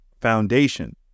foundation